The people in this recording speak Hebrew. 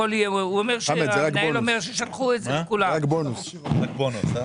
רק שהחרדים מחוץ לעניין.